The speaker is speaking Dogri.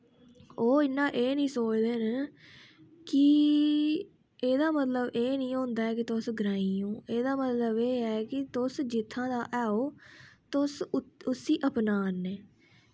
ओह् इन्ना एह् नी सोचदे कि एह्दा मतलव एह् नी होंदा ऐ कि तुस ग्रांईं ओ एह्दा मतलव एह् कि तुस जित्थां दा ऐ ओ तुस उसी अपनाऽ ने